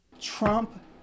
Trump